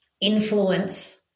influence